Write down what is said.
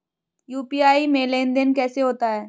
UPI में लेनदेन कैसे होता है?